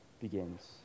begins